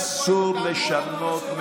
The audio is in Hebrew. אני לא מבין איפה הייתם.